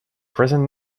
present